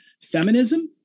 feminism